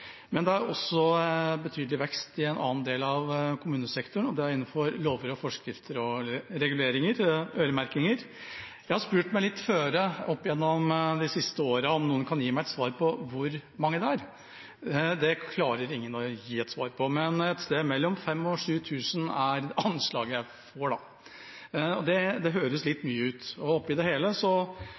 Men det er også betydelig vekst i en annen del av kommunesektoren, og det er innenfor lover, forskrifter, reguleringer og øremerkinger. Jeg har spurt meg litt for oppigjennom de siste årene om noen kan gi meg et svar på hvor mange det er. Det klarer ingen å gi et svar på, men et sted mellom 5 000 og 7 000 er anslaget jeg får. Det høres litt mye ut. Oppi det hele